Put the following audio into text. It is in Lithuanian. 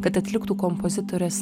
kad atliktų kompozitorės